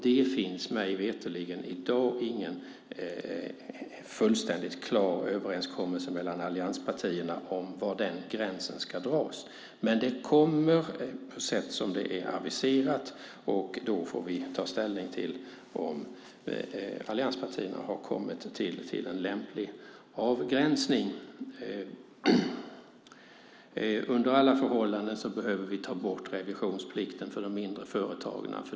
Det finns mig veterligen ingen fullständigt klar överenskommelse mellan allianspartierna om var den gränsen ska dras. Men en proposition kommer på det sätt som det är aviserat, och då får vi ta ställning till om allianspartierna har kommit fram till en lämplig avgränsning. Under alla förhållanden behöver vi ta bort revisionsplikten för de mindre företagen.